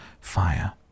fire